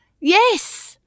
yes